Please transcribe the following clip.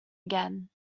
again